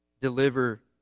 deliver